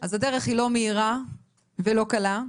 אז הדרך היא לא מהירה ולא קלה,